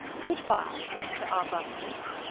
good-bye, mr. arbuthnot.